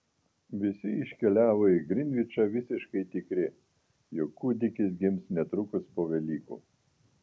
visi iškeliavo į grinvičą visiškai tikri jog kūdikis gims netrukus po velykų